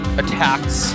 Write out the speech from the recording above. attacks